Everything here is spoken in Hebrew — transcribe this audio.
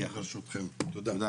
תודה.